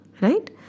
Right